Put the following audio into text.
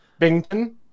bington